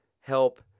help